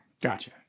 Gotcha